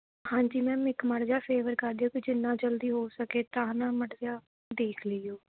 ਹਾਂਜੀ ਮੈਮ ਇੱਕ ਮਾੜਾ ਜਿਹਾ ਫੇਵਰ ਕਰ ਦਿਓ ਕਿ ਜਿੰਨਾਂ ਜਲਦੀ ਹੋ ਸਕੇ ਤਾਂ ਹਨਾ ਮਾੜਾ ਜਿਹਾ ਦੇਖ ਲਿਓ